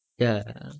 ya